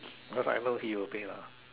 because I know he will pay lah